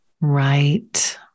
right